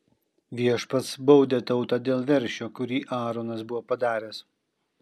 viešpats baudė tautą dėl veršio kurį aaronas buvo padaręs